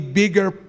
bigger